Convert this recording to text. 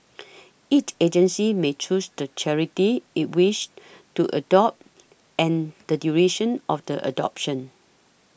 each agency may choose the charity it wishes to adopt and the duration of the adoption